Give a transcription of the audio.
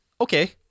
okay